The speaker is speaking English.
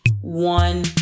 one